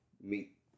meet